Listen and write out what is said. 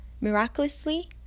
miraculously